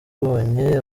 ubonye